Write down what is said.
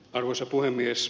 arvoisa puhemies